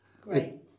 great